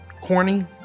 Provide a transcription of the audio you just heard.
corny